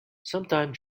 sometime